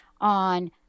on